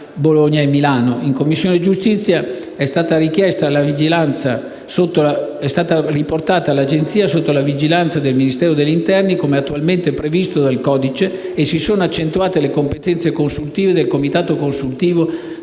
In Commissione giustizia è stata poi riportata l'Agenzia sotto la vigilanza del Ministro dell'interno, come attualmente previsto dal codice antimafia, e si sono accentuate le competenze consultive del Comitato consultivo